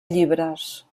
llibres